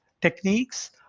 techniques